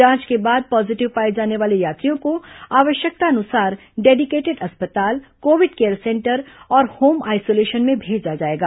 जांच के बाद पॉजीटिव पाए जाने वाले यात्रियों को आवश्यकतानुसार डेडिकेटेड अस्पताल कोविड केयर सेंटर और होम आइसोलेशन में भेजा जाएगा